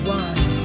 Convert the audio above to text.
one